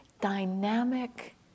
dynamic